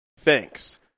Thanks